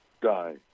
die